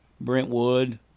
Brentwood